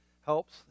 helps